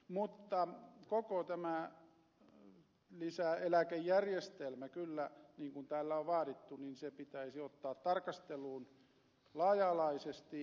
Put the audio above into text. mutta koko tämä lisäeläkejärjestelmä kyllä niin kuin täällä on vaadittu pitäisi ottaa tarkasteluun laaja alaisesti